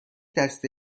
دسته